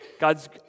God's